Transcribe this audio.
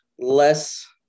less